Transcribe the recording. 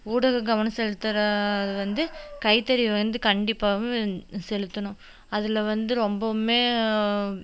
ஊடகம் கவனம் செலுத்துகிற வந்து கைத்தறி வந்து கண்டிப்பாவும் செலுத்தணும் அதில் வந்து ரொம்பவும்